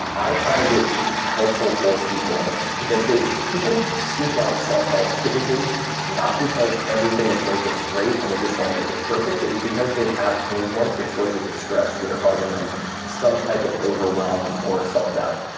i find it helpful for people, because people seek out self-help typically not because everything is working great and they just wanna make it perfect. it's because they have pain points or sources of stress that are causing them some type of overwhelm or self doubt.